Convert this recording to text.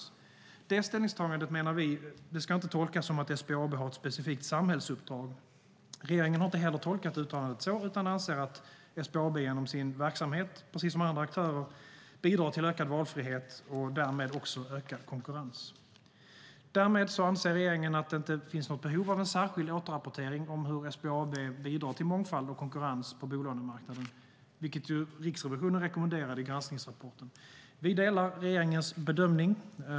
Vi menar att det ställningstagandet inte ska tolkas som att SBAB har ett specifikt samhällsuppdrag. Regeringen har inte heller tolkat uttalandet så utan anser att SBAB genom sin verksamhet, precis som andra aktörer, bidrar till ökad valfrihet och därmed också ökad konkurrens. Därmed anser regeringen att det inte finns något behov av en särskild återrapportering om hur SBAB bidrar till mångfald och konkurrens på bolånemarknaden, vilket Riksrevisionen rekommenderade i granskningsrapporten. Vi delar regeringens bedömning.